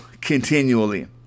continually